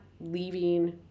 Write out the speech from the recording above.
leaving